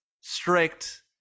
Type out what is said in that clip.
strict